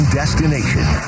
destination